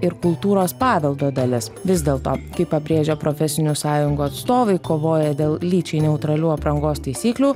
ir kultūros paveldo dalis vis dėlto kaip pabrėžia profesinių sąjungų atstovai kovoja dėl lyčiai neutralių aprangos taisyklių